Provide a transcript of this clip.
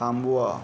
थांबवा